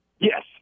Yes